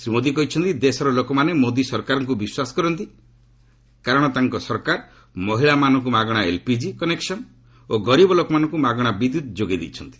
ସେ କହିଛନ୍ତି ଦେଶର ଲୋକମାନେ ମୋଦି ସରକାରଙ୍କୁ ବିଶ୍ୱାସ କରନ୍ତି କାରଣ ତାଙ୍କ ସରକାର ମହିଳାମାନଙ୍କୁ ମାଗଣା ଏଲ୍ପିଜି କନେକ୍ସନ୍ ଓ ଗରିବ ଲୋକମାନଙ୍କୁ ମାଗଣା ବିଦ୍ୟୁତ୍ ଯୋଗାଇ ଦେଇଛନ୍ତି